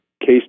case